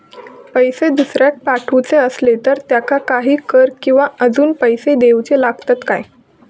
पैशे दुसऱ्याक पाठवूचे आसले तर त्याका काही कर किवा अजून पैशे देऊचे लागतत काय?